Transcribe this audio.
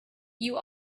you